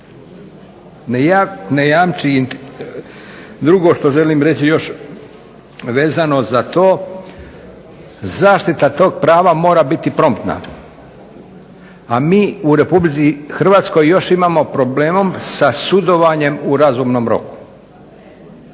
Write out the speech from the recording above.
Drugo što želim reći još vezano za to. Zaštita toga prava mora biti promptna, a mi u RH imamo još problema sa sudovanjem u razumnom roku.